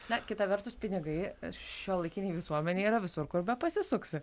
na kita vertus pinigai šiuolaikinėj visuomenėj yra visur kur bepasisuksi